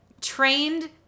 trained